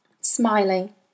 smiling